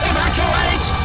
Evacuate